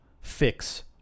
fix